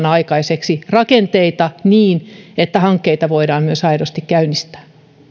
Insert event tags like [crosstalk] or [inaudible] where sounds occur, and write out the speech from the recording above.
[unintelligible] aikaiseksi rakenteita niin että hankkeita voidaan myös aidosti käynnistää